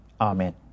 Amen